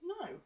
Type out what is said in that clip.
no